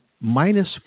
minus